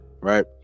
right